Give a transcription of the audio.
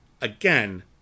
again